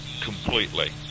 completely